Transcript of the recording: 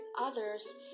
others